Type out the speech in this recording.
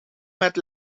met